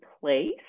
place